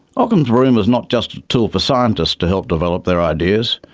ockham's broom is not just a tool for scientists to help develop their ideas,